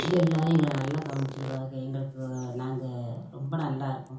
எல்லோரும் எங்களை நல்லா கவனிச்சிக்கிடுவாக எங்களுக்கு நாங்கள் ரொம்ப நல்லாயிருக்கோம்